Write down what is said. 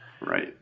right